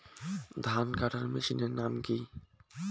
ধান কাটার মেশিনের নাম কি?